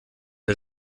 der